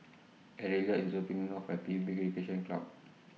Ariella IS dropping Me off At P U B Recreation Club